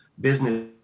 business